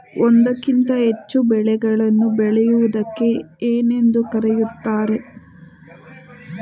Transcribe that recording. ಒಂದಕ್ಕಿಂತ ಹೆಚ್ಚು ಬೆಳೆಗಳನ್ನು ಬೆಳೆಯುವುದಕ್ಕೆ ಏನೆಂದು ಕರೆಯುತ್ತಾರೆ?